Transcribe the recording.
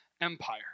empire